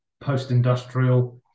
post-industrial